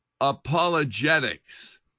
apologetics